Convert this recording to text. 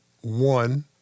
one